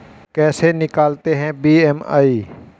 कैसे निकालते हैं बी.एम.आई?